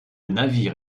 navire